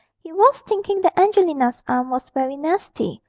he was thinking that angelina's arm was very nasty,